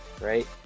right